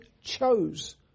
chose